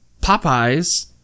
Popeyes